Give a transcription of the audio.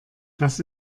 das